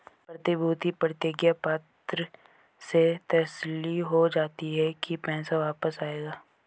प्रतिभूति प्रतिज्ञा पत्र से तसल्ली हो जाती है की पैसा वापस आएगा